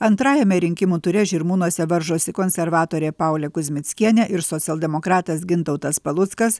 antrajame rinkimų ture žirmūnuose varžosi konservatorė paulė kuzmickienė ir socialdemokratas gintautas paluckas